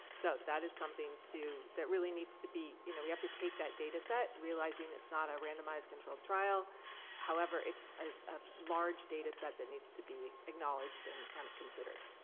so that is something to. that really needs to be. you know we have to take that data set realizing it's not a randomized controlled trial however, it's a large data set that needs to be acknowledged and kind of considered.